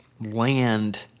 land